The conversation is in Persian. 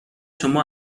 شما